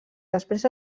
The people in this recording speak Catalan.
després